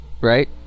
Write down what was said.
Right